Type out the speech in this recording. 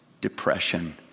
depression